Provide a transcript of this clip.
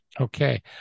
Okay